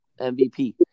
MVP